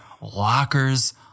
lockers